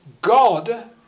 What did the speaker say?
God